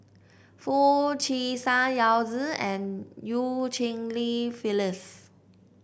Foo Chee San Yao Zi and Eu Cheng Li Phyllis